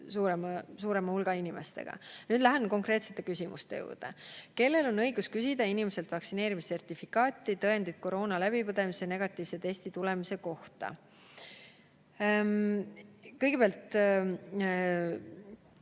suurema hulga inimestega. Nüüd lähen konkreetsete küsimuste juurde. "Kellel on õigus küsida inimeselt vaktsineerimissertifikaati, tõendit koroona läbipõdemise ja negatiivse testitulemuse kohta?" Kõigepealt,